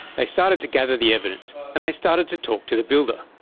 they started to gather the evidence. and they started to talk to the builder.